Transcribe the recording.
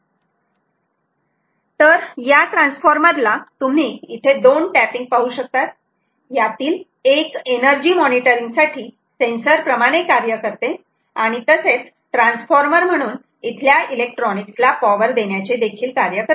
तर या ट्रान्सफॉर्मर ला तुम्ही इथे दोन टॅपिंग पाहू शकतात यातील एक एनर्जी मॉनिटरिंग साठी सेन्सर प्रमाणे कार्य करते आणि तसेच ट्रान्सफॉर्मर म्हणून इथल्या इलेक्ट्रॉनिक्स ला पॉवर देण्याचे देखील कार्य करते